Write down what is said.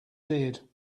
did